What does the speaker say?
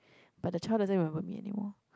but the child doesn't remember me anymore